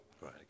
Right